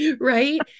Right